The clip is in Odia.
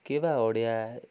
କି ବା ଓଡ଼ିଆ